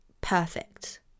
perfect